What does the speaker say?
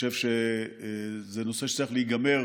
חושב שזה נושא שצריך להיגמר